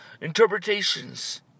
interpretations